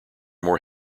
more